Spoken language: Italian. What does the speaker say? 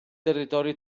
territorio